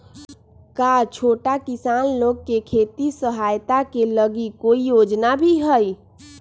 का छोटा किसान लोग के खेती सहायता के लगी कोई योजना भी हई?